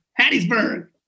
Hattiesburg